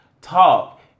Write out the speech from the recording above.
talk